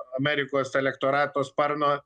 amerikos elektorato sparno